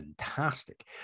fantastic